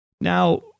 Now